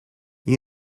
you